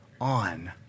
on